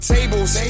Tables